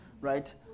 Right